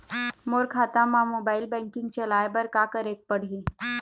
मोर खाता मा mobile banking चलाए बर का करेक पड़ही?